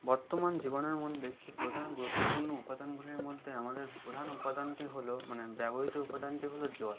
বর্তমান জীবনের মধ্যে একটি প্রধান গুরুত্বপূর্ণ উপাদানগুলির মধ্যে আমাদের প্রধান উপাদানটি হলো মানে ব্যবহৃত উপাদানটি হলো জল